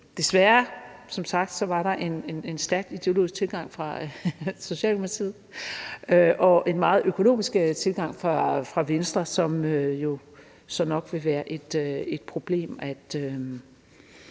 Desværre var der som sagt en stærkt ideologisk tilgang fra Socialdemokratiet og en meget økonomisk tilgang fra Venstre, som det nok vil være et problem at